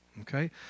okay